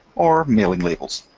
or mailing labels.